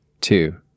two